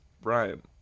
Brian